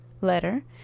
letter